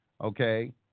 Okay